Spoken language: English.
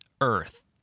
earth